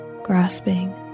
Grasping